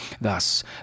Thus